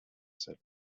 said